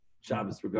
Shabbos